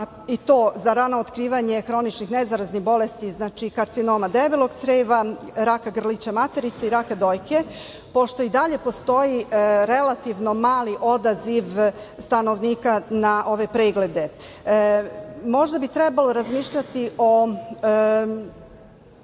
i to za rano otkrivanje hroničnih nezaraznih bolesti, znači karcinoma debelog creva, raka grlića materice i raka dojke, pošto i dalje postoji relativno mali odaziv stanovnika na ove preglede. Možda bi trebalo razmišljati o